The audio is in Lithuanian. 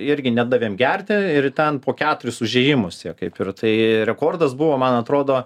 irgi nedavėm gerti ir ten po keturis užėjimus jie kaip ir tai rekordas buvo man atrodo